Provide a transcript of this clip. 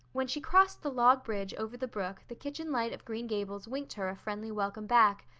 when she crossed the log bridge over the brook the kitchen light of green gables winked her a friendly welcome back,